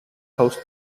post